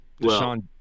Deshaun